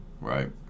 Right